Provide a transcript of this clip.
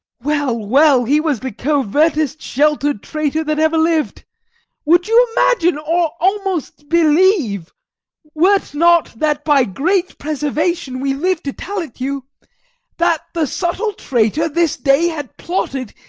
well, well, he was the covert'st shelter'd traitor that ever liv'd would you imagine, or almost believe were't not that by great preservation we live to tell it you that the subtle traitor this day had plotted,